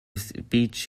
speech